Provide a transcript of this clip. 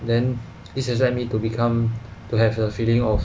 then this has had me to become to have a feeling of